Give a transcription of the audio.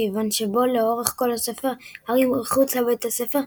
כיוון שבו לאורך כל הספר הארי מחוץ לבית הספר,